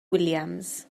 williams